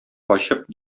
качып